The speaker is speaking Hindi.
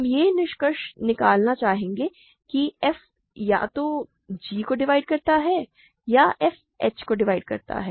हम यह निष्कर्ष निकालना चाहेंगे कि f या तो g को डिवाइड करता है या f h को डिवाइड करता है